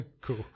Cool